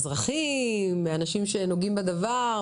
מאזרחים או מאנשים שנוגעים בדבר,